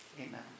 amen